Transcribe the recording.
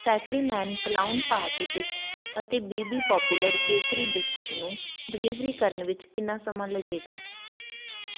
ਫੈਕਲਮੈਨ clown party picks ਅਤੇ B B popular bakery biscuit ਨੂੰ delivery ਕਰਨ ਵਿੱਚ ਕਿੰਨਾ ਸਮਾਂ ਲੱਗੇਗਾ